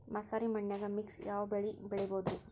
ಮಸಾರಿ ಮಣ್ಣನ್ಯಾಗ ಮಿಕ್ಸ್ ಯಾವ ಬೆಳಿ ಬೆಳಿಬೊದ್ರೇ?